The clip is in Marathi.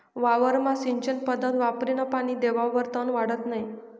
वावरमा सिंचन पध्दत वापरीन पानी देवावर तन वाढत नै